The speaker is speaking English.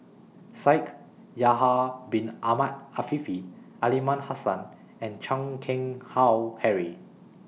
Shaikh Yahya Bin Ahmed Afifi Aliman Hassan and Chan Keng Howe Harry